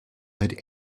had